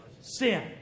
sin